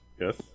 Yes